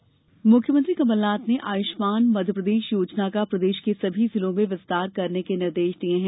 आयुष्मान मध्यप्रदेश मुख्यमंत्री कमल नाथ ने आयुष्मान मध्यप्रदेश योजना का प्रदेश के सभी जिलों में विस्तार करने के निर्देश दिए हैं